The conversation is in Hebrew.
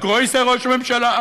א גרויסע ראש ממשלה,